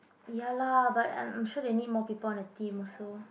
ya lah but I am sure they need more people on the team also